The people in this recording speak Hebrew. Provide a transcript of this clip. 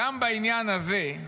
גם בעניין הזה,